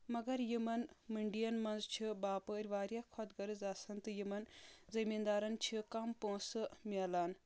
مگر یِمن منڈؠن منٛز چھِ باپٲرۍ واریاہ خۄد غرض آسان تہٕ یِمن زٔمیٖندارن چھِ کم پونسہٕ مِلان